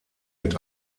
mit